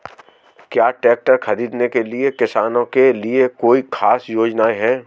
क्या ट्रैक्टर खरीदने के लिए किसानों के लिए कोई ख़ास योजनाएं हैं?